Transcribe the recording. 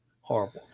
horrible